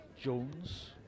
Jones